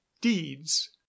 deeds